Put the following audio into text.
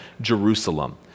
Jerusalem